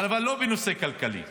אבל לא בנושא כלכלי.